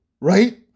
right